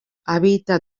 habita